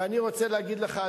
ואני רוצה להגיד לך,